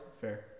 Fair